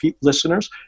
listeners